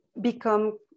become